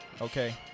Okay